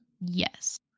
Yes